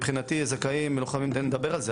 מבחינתי זכאים ולוחמים זה --- אנחנו נדבר על זה,